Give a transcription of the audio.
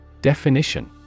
Definition